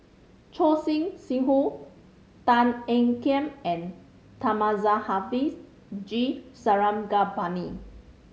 Choor Singh Sidhu Tan Ean Kiam and Thamizhavel G Sarangapani